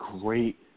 great